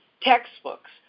textbooks